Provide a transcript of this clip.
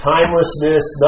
Timelessness